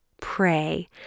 pray